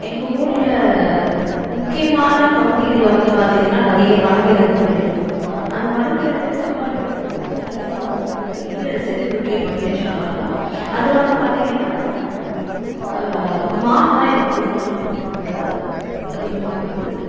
எங்கள் ஊரில் முக்கியமான பகுதிகளில் வந்து பார்த்தீங்கன்னா நிறைய வனவிலங்குகள் இருக்கும் அந்த வனவிலங்குகளை காப்பாறதுக்கு வந்து அரசாங்கம் வந்து நிறைய செக்யூரிட்டி பண்ணி வச்சுருக்காங்க அதில் வந்து பார்த்தீங்கன்னா மான்தான் எங்கள் ஊருலலாம் வந்து ரொம்ப அதிகமாக வந்து